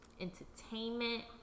entertainment